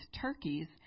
turkeys